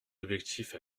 objectifs